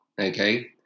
Okay